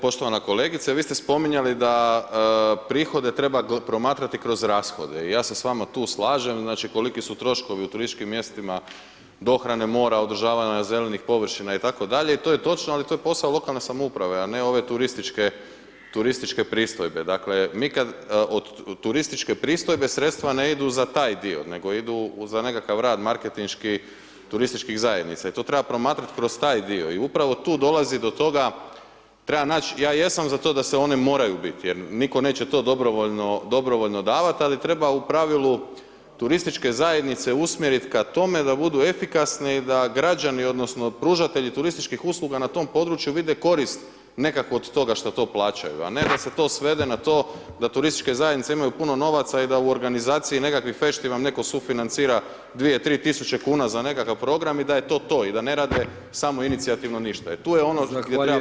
Poštovana kolegice, vi ste spominjali da prihode treba promatrati kroz rashode i ja se s vama tu slažem, znači koliki su troškovi u turističkim mjestima dohrane mora, održavanja zelenih površina i tako dalje, i to je točno, ali to je posao lokalne samouprave, a ne ove turističke pristojbe, dakle, mi kad, od turističke pristojbe sredstva ne idu za taj dio, nego idu za nekakav rad marketinški turističkih zajednica i to treba promatrati kroz taj dio i upravo tu dolazi do toga, treba naći, ja jesam za to da se one moraju bit, jer nitko neće to dobrovoljno, dobrovoljno davat, ali treba u pravilu turističke zajednice usmjeriti ka tome da budu efikasne i da građani odnosno pružatelji turističkih usluga na tom području vide korist nekakvu od toga što to plaćaju, a ne da se to svede na to da turističke zajednice imaju puno novaca i da u organizaciji nekakvih fešti vam netko sufinancira 2000, 3000 kuna za nekakav program i da je to to, i da ne rade samoinicijativno ništa, i tu je ono što treba pronaći taj balans.